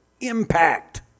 impact